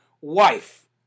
wife